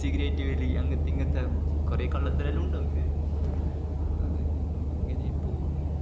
cigarette വലി അങ്ങനത്തെ ഇങ്ങനത്തെ കുറേ കള്ളത്തരൊമല്ല ഉണ്ട് ഓനിക്ക് ഇങ്ങനേ പോവും